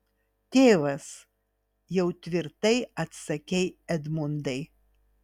tėvas jau tvirtai atsakei edmundai